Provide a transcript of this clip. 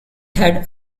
had